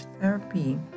therapy